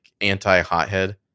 anti-hothead